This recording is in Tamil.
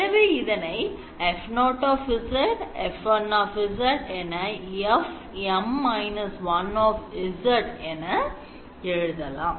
எனவே இதனை F0 F1 F M−1 என எழுதலாம்